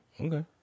Okay